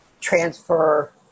transfer